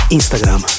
Instagram